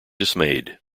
dismayed